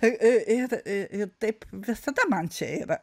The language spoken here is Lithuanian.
taip visada man čia yra